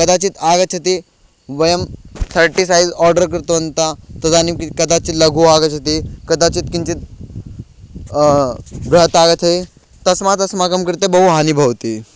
कदाचित् आगच्छति वयं थर्टि सैज़् आर्डर् कृतवन्तः तदानीं कदाचित् लघु आगच्छति कदाचित् किञ्चित् बृहत् आगच्छति तस्मात् अस्माकं कृते बहु हानिः भवति